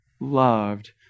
loved